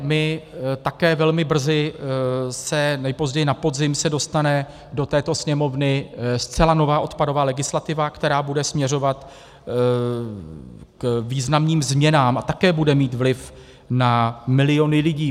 My také velmi brzy, na podzim se dostane do této Sněmovny zcela nová odpadová legislativa, která bude směřovat k významným změnám a také bude mít vliv na miliony lidí.